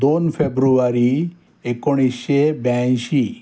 दोन फेब्रुवारी एकोणीसशे ब्याऐंशी